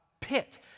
pit